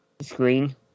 screen